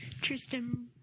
Tristan